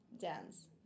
dance